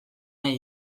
nahi